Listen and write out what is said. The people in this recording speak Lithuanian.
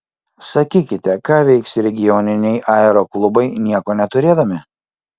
sakykite ką veiks regioniniai aeroklubai nieko neturėdami